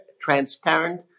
transparent